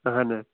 اَہن حظ